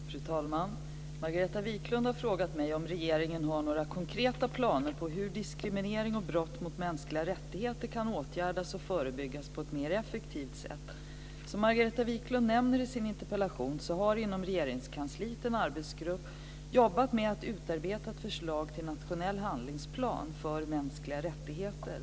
Fru talman! Margareta Viklund har frågat mig om regeringen har några konkreta planer på hur diskriminering och brott mot mänskliga rättigheter kan åtgärdas och förebyggas på ett mer effektivt sätt. Som Margareta Viklund nämner i sin interpellation har inom Regeringskansliet en arbetsgrupp jobbat med att utarbeta ett förslag till en nationell handlingsplan för mänskliga rättigheter.